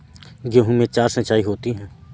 गेहूं में चार सिचाई होती हैं